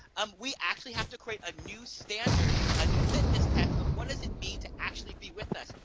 um we actually have to create a new standard, a new litmus test of what does it mean to actually be with us.